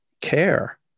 care